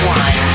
one